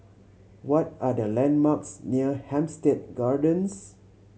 what are the landmarks near Hampstead Gardens